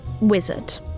wizard